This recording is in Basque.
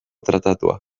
tratatuta